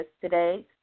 today